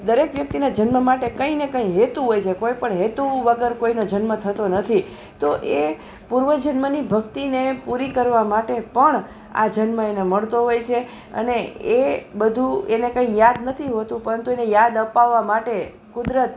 દરેક વ્યક્તિને જન્મ માટે કંઈને કંઈ હેતુ હોય છે કોઈ પણ હેતુ વગર કોઈને જન્મ થતો નથી તો એ પૂર્વ જન્મની ભક્તિને પૂરી કરવા માટે પણ આ જન્મ એને મળતો હોય છે અને એ બધું એને કંઈ યાદ નથી હોતું પરંતુ એને યાદ અપાવા માટે કુદરત